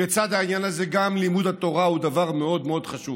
בצד העניין הזה גם לימוד התורה הוא דבר מאוד מאוד חשוב,